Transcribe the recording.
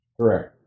Correct